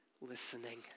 listening